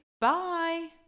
Bye